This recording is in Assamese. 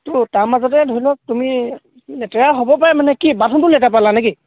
ত' তাৰ মাজতে ধৰি লওক তুমি লেতেৰা হ'ব পাৰে মানে কি বাথৰুমটো লেতেৰা পালা নে কি